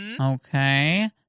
Okay